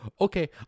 okay